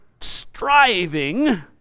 striving